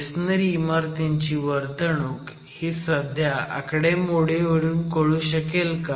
masonry इमारतींची वर्तणूक ही सध्या आकडेमोडीवरून कळू शकेल का